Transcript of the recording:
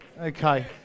Okay